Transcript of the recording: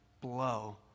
blow